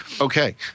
Okay